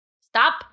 Stop